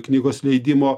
knygos leidimo